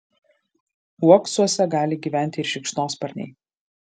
uoksuose gali gyventi ir šikšnosparniai